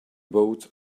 boat